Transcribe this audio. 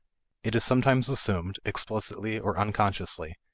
it is sometimes assumed, explicitly or unconsciously,